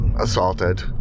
assaulted